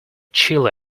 chilly